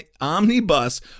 Omnibus